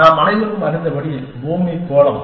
நாம் அனைவரும் அறிந்தபடி பூமி கோளம்